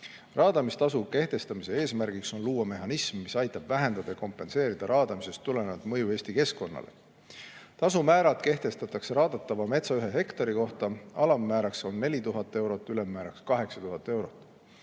Raadamistasu kehtestamise eesmärk on luua mehhanism, mis aitab vähendada ja kompenseerida raadamisest tulenevalt mõju Eesti keskkonnale. Tasumäärad kehtestatakse raadatava metsa ühe hektari kohta, alammääraks on 4000 eurot, ülemmääraks 8000 eurot.